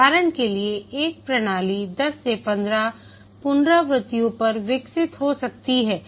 उदाहरण के लिए एक प्रणाली 10 से 15 पुनरावृत्तियों पर विकसित हो सकती है